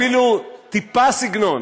אפילו טיפה סגנון,